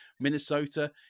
Minnesota